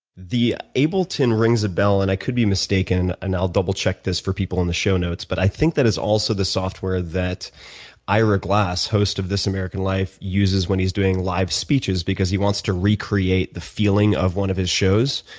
the ableton rings a bell, and i could be mistaken and i'll double check this for people on the show notes but i think that is also the software that ira glass, host of this american life uses when he'd doing live speeches because he wants to recreate the feeling of one of his shows.